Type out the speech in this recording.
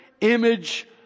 image